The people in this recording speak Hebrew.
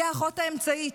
היא האחות האמצעית.